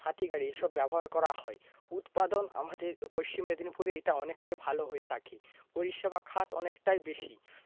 হাতিগাড়ি এসব ব্যবহার করা হয় উৎপাদন আমাদের পশ্চিম মেদিনীপুরে এটা অনেকটাও ভালো হয়ে থাকে পরিষেবা খাত অনেকটাই বেশি